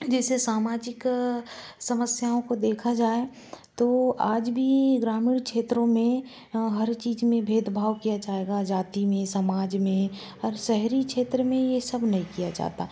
जैसे सामाजिक समस्याओं को देखा जाए तो आज भी ग्रामीण क्षेत्रों में हर चीज़ में भेदभाव किया जाएगा जाति में समाज में और शहरी क्षेत्र में यह सब नहीं किया जाता